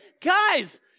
guys